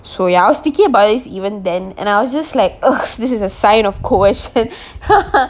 so ya I was thinking about it this even then and I was just like this is a sign of coercion